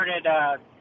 started